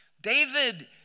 David